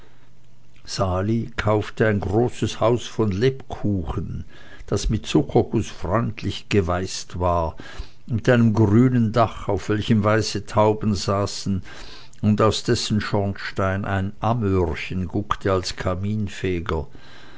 sali kaufte ein großes haus von lebkuchen das mit zuckerguß freundlich geweißt war mit einem grünen dach auf welchem weiße tauben saßen und aus dessen schornstein ein amörchen guckte als kaminfeger